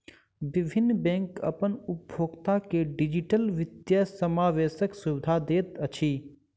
विभिन्न बैंक अपन उपभोगता के डिजिटल वित्तीय समावेशक सुविधा दैत अछि